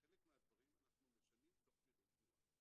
וחלק מהדברים אנחנו משנים תוך כדי תנועה.